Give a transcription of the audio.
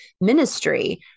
ministry